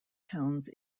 towns